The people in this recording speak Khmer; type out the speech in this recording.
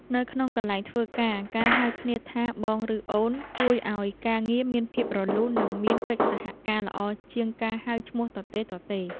នៅក្នុងកន្លែងធ្វើការ ការហៅគ្នាថាបងឬអូនជួយឱ្យការងារមានភាពរលូននិងមានកិច្ចសហការល្អជាងការហៅឈ្មោះទទេៗ។